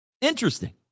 Interesting